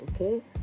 okay